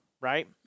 right